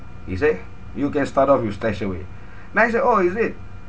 he say you can start off with stashaway then I say oh is it